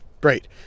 Great